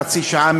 חצי שעה,